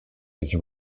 use